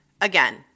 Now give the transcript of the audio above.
again